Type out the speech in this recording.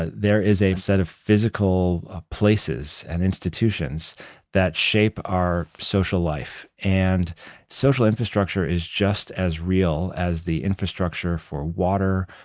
there is a set of physical places and institutions that shape our social life. and social infrastructure is just as real as the infrastructure for water,